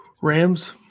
Rams